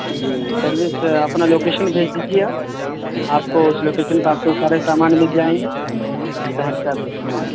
جی service اپنا location بھیج دیجیے آپ آپ کو اس لوکیشن پہ آپ کو سارے سامان مل جائیں گے